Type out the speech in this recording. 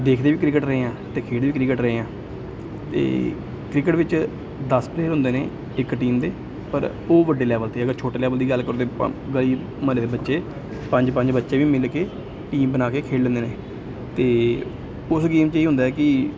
ਦੇਖਦੇ ਵੀ ਕ੍ਰਿਕੇਟ ਰਹੇ ਹਾਂ ਅਤੇ ਖੇਡ ਵੀ ਕ੍ਰਿਕੇਟ ਰਹੇ ਹਾਂ ਅਤੇ ਕ੍ਰਿਕਟ ਵਿੱਚ ਦਸ ਪਲੇਅਰ ਹੁੰਦੇ ਨੇ ਇੱਕ ਟੀਮ ਦੇ ਪਰ ਉਹ ਵੱਡੇ ਲੈਵਲ 'ਤੇ ਅਗਰ ਛੋਟੇ ਲੈਵਲ ਦੀ ਗੱਲ ਕਰੋ ਤਾਂ ਪੰ ਗਲੀ ਮੁਹੱਲੇ ਦੇ ਬੱਚੇ ਪੰਜ ਪੰਜ ਬੱਚੇ ਵੀ ਮਿਲ ਕੇ ਟੀਮ ਬਣਾ ਕੇ ਖੇਡ ਲੈਂਦੇ ਨੇ ਅਤੇ ਉਸ ਗੇਮ 'ਚ ਇਹ ਹੁੰਦਾ ਹੈ ਕਿ